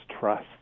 trust